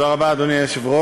תודה, אדוני היושב-ראש,